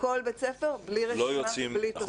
כל בית ספר בלי רשימה ובלי תוספת.